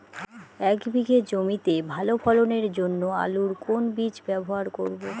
এক বিঘে জমিতে ভালো ফলনের জন্য আলুর কোন বীজ ব্যবহার করব?